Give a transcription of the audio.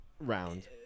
round